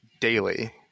daily